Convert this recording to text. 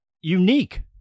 unique